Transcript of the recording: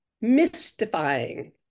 mystifying